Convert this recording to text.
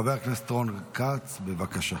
חבר הכנסת רון כץ, בבקשה.